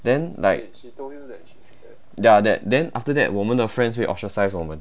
then like ya that then after that 我们的 friends 会 ostracise 我们